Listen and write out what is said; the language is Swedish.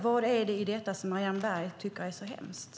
Vad i detta tycker Marianne Berg är så hemskt?